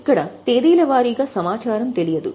ఇక్కడ తేదీల వారీగా సమాచారం తెలియదు